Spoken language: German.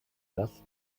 das